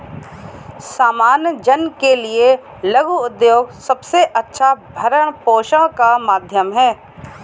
सामान्य जन के लिये लघु उद्योग सबसे अच्छा भरण पोषण का माध्यम है